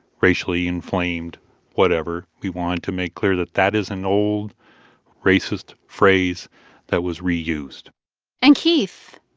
racially inflamed whatever we wanted to make clear that that is an old racist phrase that was reused and keith,